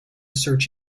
search